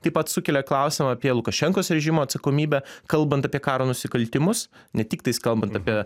taip pat sukelia klausimą apie lukašenkos režimo atsakomybę kalbant apie karo nusikaltimus ne tiktais kalbant apie